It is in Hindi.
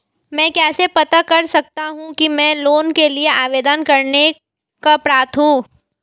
मैं कैसे पता कर सकता हूँ कि मैं लोन के लिए आवेदन करने का पात्र हूँ?